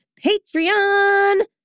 Patreon